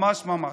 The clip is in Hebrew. ממש ממש.